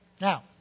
Now